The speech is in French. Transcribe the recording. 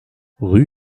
rue